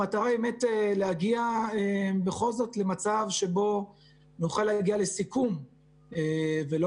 המטרה היא באמת להגיע בכל זאת למצב שבו נוכל להגיע לסיכום ולא